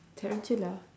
tarantula